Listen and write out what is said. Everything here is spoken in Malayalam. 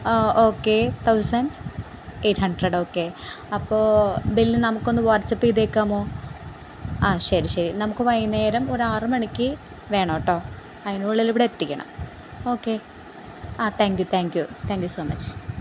okay thousand eight hundred okay അപ്പോള് ബില് നമുക്ക് ഒന്ന് വാട്സ്ആപ്പ് ചെയ്തേക്കാമോ അ ശരി ശരി നമുക്ക് വൈകുന്നേരം ഒരു ആറ് മണിക്ക് വേണം കെട്ടോ അതിനുള്ളിൽ ഇവിടെ എത്തിക്കണം ഓക്കെ ആ thank you thank you thank you so much